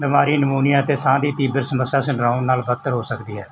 ਬਿਮਾਰੀ ਨਮੂਨੀਆ ਅਤੇ ਸਾਹ ਦੀ ਤੀਬਰ ਸਮੱਸਿਆ ਸਿੰਡਰੋਮ ਨਾਲ ਬਦਤਰ ਹੋ ਸਕਦੀ ਹੈ